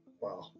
Wow